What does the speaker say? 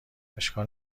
اشکال